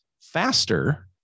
faster